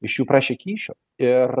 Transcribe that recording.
iš jų prašė kyšių ir